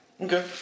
Okay